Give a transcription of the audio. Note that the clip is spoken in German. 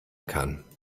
kann